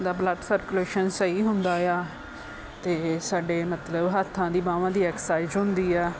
ਦਾ blood circulation ਸਹੀ ਹੁੰਦਾ ਆ ਅਤੇ ਸਾਡੇ ਮਤਲਬ ਹੱਥਾਂ ਦੀ ਬਾਹਾਂ ਦੀ ਐਕਸਸਾਈਜ਼ ਹੁੰਦੀ ਆ